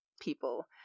people